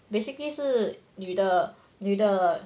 basically 是女的女的